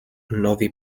novi